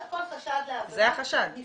כל חשד לעבירה --- זו העבירה.